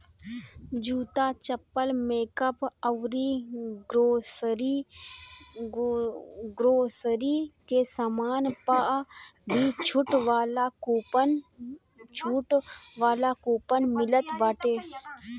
जूता, चप्पल, मेकअप अउरी ग्रोसरी के सामान पअ भी छुट वाला कूपन मिलत बाटे